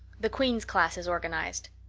the queens class is organized